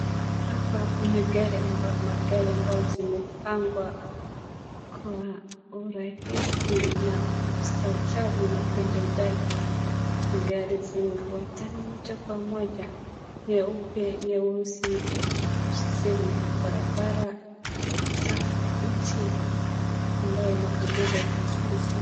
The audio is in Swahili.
Hapa kuna gari ambayo, magari ambayo zimepangwa kwa urahisi na ustaajabu na upendezaji. Magari zimefuatana moja kwa moja ,nyeupe, nyeusi siseme. Barabara safi, nchi ambayo inapendeza vizuri sana.